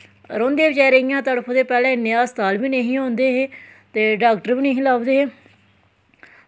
रौह्दे हे इ'यां गै बचैरे तड़फदे पैह्लें इन्ने हस्ताल बी नेईं हे होंदे ते डाक्टर बी नेईं हे लब्भदे